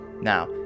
Now